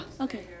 Okay